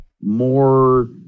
more